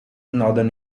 northern